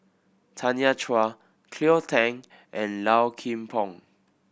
Tanya Chua Cleo Thang and Low Kim Pong